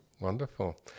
wonderful